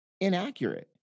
inaccurate